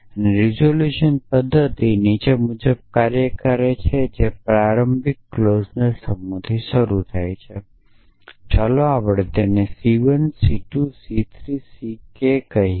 તેથી રીઝોલ્યુશન પદ્ધતિ નીચે મુજબ કાર્ય કરે છે જે પ્રારંભિક ક્લોઝના સમૂહથી શરૂ થાય છે ચાલો આપણે તેમને C 1 C 2 C 3 C k કહીએ